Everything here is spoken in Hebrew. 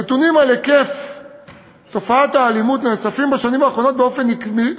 הנתונים על היקף תופעת האלימות נאספים בשנים האחרונות באופן עקבי,